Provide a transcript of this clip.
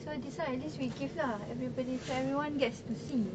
so this [one] at least we give lah everybody so everyone gets to see